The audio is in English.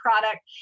product